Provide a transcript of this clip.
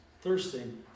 thirsting